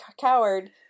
coward